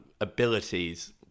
abilities